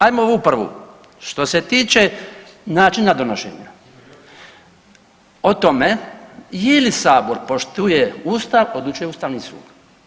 Ajmo ovu prvu, što se tiče načina donošenja o tome je li Sabor poštuje Ustav odlučuje Ustavni sud.